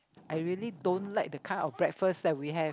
I really don't like the kind of breakfast that we have